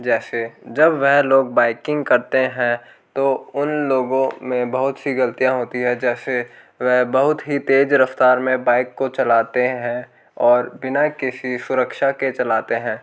जैसे जब वे लोग बाइकिंग करते हैं तो उन लोगों से बहुत सी ग़लतियाँ होती है जैसे वे बहुत ही तेज़ रफ़्तार में बाइक को चलाते हैं और बिना किसी सुरक्षा के चलाते हैं